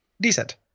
decent